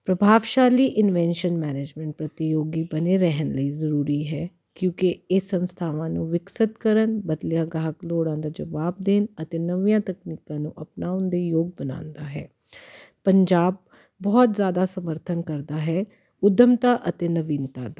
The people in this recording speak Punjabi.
ਪ੍ਰਭਾਵਸ਼ਾਲੀ ਇਨਵੈਂਸ਼ਨ ਮੈਨੇਜਮੈਂਟ ਪ੍ਰਤੀਯੋਗੀ ਬਣੇ ਰਹਿਣ ਲਈ ਜ਼ਰੂਰੀ ਹੈ ਕਿਉਂਕਿ ਇਹ ਸੰਸਥਾਵਾਂ ਨੂੰ ਵਿਕਸਿਤ ਕਰਨ ਬਦਲੀਆਂ ਗਾਹਕ ਲੋੜਾਂ ਦਾ ਜਵਾਬ ਦੇਣ ਅਤੇ ਨਵੀਆਂ ਤਕਨੀਕਾਂ ਨੂੰ ਅਪਣਾਉਣ ਦੇ ਯੋਗ ਬਣਾਉਂਦਾ ਹੈ ਪੰਜਾਬ ਬਹੁਤ ਜ਼ਿਆਦਾ ਸਮਰਥਨ ਕਰਦਾ ਹੈ ਉੱਦਮਤਾ ਅਤੇ ਨਵੀਨਤਾ ਦਾ